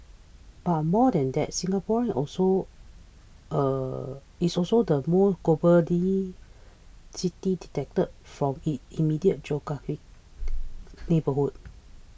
but more than that Singapore is also is also the more global city detached from its immediate geographic neighbourhood